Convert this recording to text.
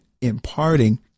imparting